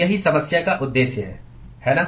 यही समस्या का उद्देश्य है है ना